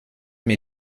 mir